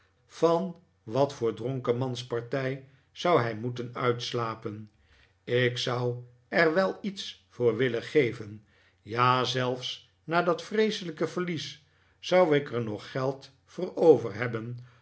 van wat voor dronkemanspartij zou hij moeten uitslapen ik zou er wel iets voor willen geven ja zelfs na dat vreeselijke verlies zou ik er nog geld voor over hebben